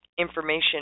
information